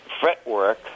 fretwork